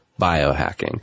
biohacking